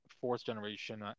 fourth-generation